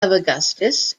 augustus